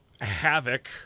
Havoc